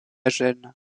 gênes